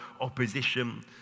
opposition